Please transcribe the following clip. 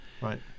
Right